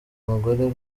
umugore